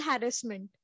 harassment